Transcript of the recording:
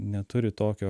neturi tokio